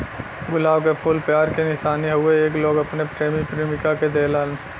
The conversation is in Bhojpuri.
गुलाब के फूल प्यार के निशानी हउवे एके लोग अपने प्रेमी प्रेमिका के देलन